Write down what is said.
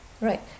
Right